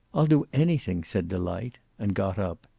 i'll do anything, said delight, and got up.